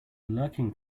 lurking